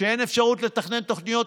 שאין אפשרות לתכנן תוכניות